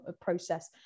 process